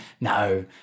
no